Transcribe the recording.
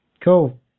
Cool